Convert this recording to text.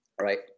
Right